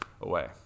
away